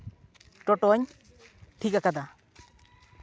ᱴᱳᱴᱳᱧ ᱴᱷᱤᱠ ᱟᱠᱟᱫᱟ